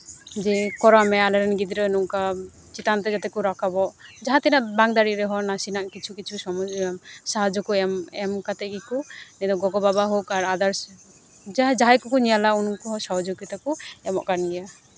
ᱡᱮ ᱠᱚᱨᱟᱣ ᱢᱮ ᱟᱞᱮ ᱨᱮᱱ ᱜᱤᱫᱽᱨᱟᱹ ᱱᱚᱝᱠᱟ ᱪᱮᱛᱟᱱ ᱛᱮ ᱡᱟᱛᱮ ᱠᱚ ᱨᱟᱠᱟᱵᱚᱜ ᱡᱟᱦᱟᱸ ᱛᱤᱱᱟᱹᱜ ᱵᱟᱝ ᱫᱟᱲᱮᱜ ᱴᱮᱦᱚᱸ ᱱᱟᱥᱮᱱᱟᱜ ᱠᱤᱪᱷᱩ ᱠᱤᱪᱷᱩ ᱥᱟᱦᱟᱡᱡᱚ ᱠᱚ ᱮᱢ ᱮᱢ ᱠᱟᱛᱮ ᱜᱮᱠᱚ ᱤᱧᱨᱮᱱ ᱜᱚᱜᱚᱼᱵᱟᱵᱟ ᱦᱳᱠ ᱟᱫᱟᱨᱥ ᱡᱟᱦᱟᱸᱭ ᱠᱚᱠᱚ ᱧᱮᱞᱟ ᱩᱱᱠᱩ ᱦᱚᱸ ᱥᱚᱦᱚᱡᱳᱜᱤᱛᱟ ᱠᱚ ᱮᱢᱚᱜ ᱠᱟᱱ ᱜᱮᱭᱟ